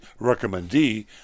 recommendee